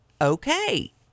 okay